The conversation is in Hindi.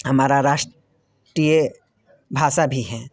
हमारा राष्ट्रीय भाषा भी है